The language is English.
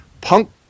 Punk